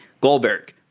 goldberg